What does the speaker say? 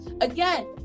Again